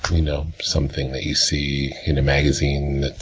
you know something that you see in a magazine,